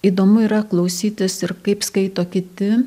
įdomu yra klausytis ir kaip skaito kiti